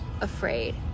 afraid